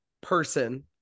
person